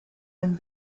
and